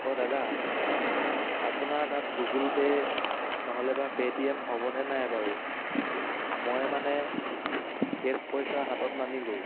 অঁ দাদা আপোনাৰ তাত গুগল পে' নহ'লে বা পে' টি এম হ'ব নে নাই বাৰু মই মানে কেচ পইচা হাতত নানিলোঁ